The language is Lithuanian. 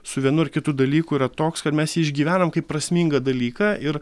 su vienu ar kitu dalyku yra toks kad mes jį išgyvenam kaip prasmingą dalyką ir